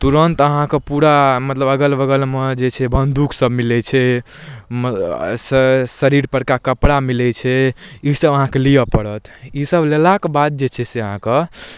तुरन्त अहाँके पूरा मतलब अगलबगलमे जे छै बन्दूकसब मिलै छै श शरीरपरका कपड़ा मिलै छै ईसब अहाँके लिअऽ पड़त ईसब लेलाके बाद जे छै से अहाँके